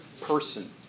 person